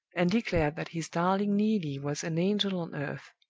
and declared that his darling neelie was an angel on earth.